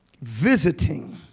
visiting